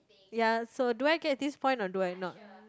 ya so do I get this point or do I not